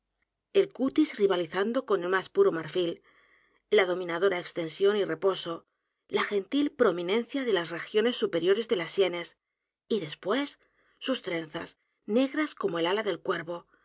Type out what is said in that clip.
el cutis rivalizando con el más puro marfil la dominadora extensión y reposo la gentil prominencia de las regiones superiores de las sienes y después sus trenzas n e g r a s como el ala del cuervo